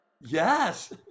Yes